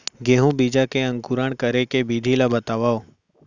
गेहूँ बीजा के अंकुरण करे के विधि बतावव?